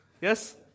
Yes